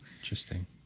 Interesting